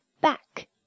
back